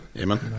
Amen